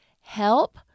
help